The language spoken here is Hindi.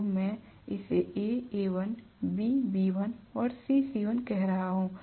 तो मैं इसे AAl B Bl और C C1 कह रहा हूं